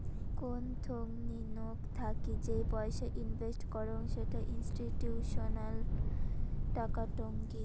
কোন থোংনি নক থাকি যেই পয়সা ইনভেস্ট করং সেটা ইনস্টিটিউশনাল টাকা টঙ্নি